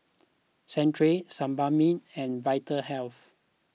Centrum Sebamed and Vitahealth